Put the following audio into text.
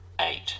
Eight